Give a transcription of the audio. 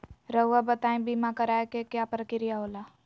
रहुआ बताइं बीमा कराए के क्या प्रक्रिया होला?